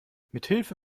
mithilfe